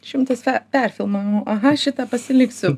šimtas perfilmavimų aha šitą pasiliksiu